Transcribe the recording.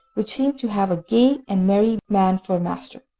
which seemed to have a gay and merry man for a master.